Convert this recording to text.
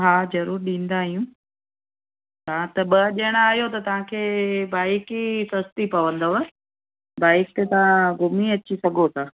हा ज़रूरु ॾींदा आहियूं तव्हां त ॿ ॼणा आहियो त तव्हांखे बाईक ई सस्ती पवंदव बाईक ते तव्हां घुमी अची सघो था